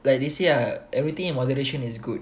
like they say ah everything in moderation is good